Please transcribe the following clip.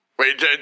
Wait